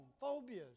phobias